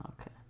Okay